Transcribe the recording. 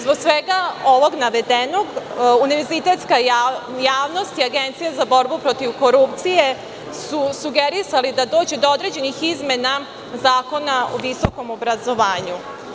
Zbog svega ovog navedenog, univerzitetska javnost i Agencija za borbu protiv korupcije su sugerisali da dođe do određenih izmena Zakona o visokom obrazovanju.